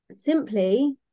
simply